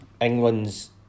England's